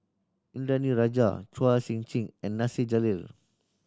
Indranee Rajah Chua Sian Chin and Nasir Jalil